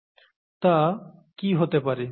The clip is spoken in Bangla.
তা কি হতে পারে